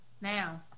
Now